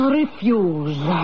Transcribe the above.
refuse